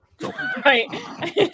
Right